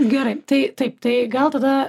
gerai tai taip tai gal tada